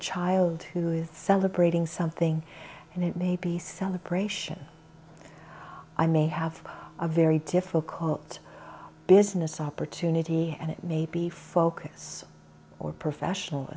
child who is celebrating something and it may be celebration i may have a very difficult business opportunity and it may be focused or professional